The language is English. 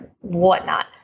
whatnot